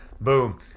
boom